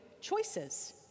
choices